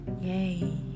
Yay